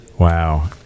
Wow